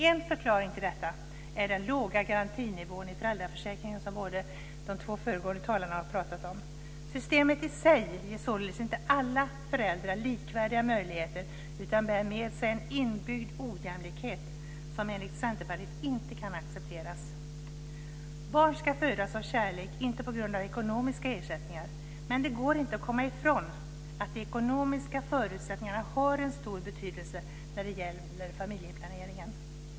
En förklaring till detta är den låga garantinivån i föräldraförsäkringen - som båda föregående talare har tagit upp. Systemet i sig ger således inte alla föräldrar likvärdiga möjligheter, utan bär med sig en inbyggd ojämlikhet som enligt Centerpartiet inte kan accepteras. Barn ska födas av kärlek, inte på grund av ekonomiska ersättningar. Men det går inte att komma ifrån att de ekonomiska förutsättningarna har en stor betydelse när det gäller familjeplaneringen.